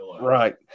right